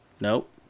Nope